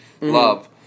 love